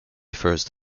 first